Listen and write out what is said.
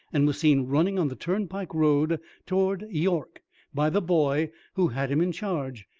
and was seen running on the turnpike road towards york by the boy who had him in charge,